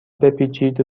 بپیچید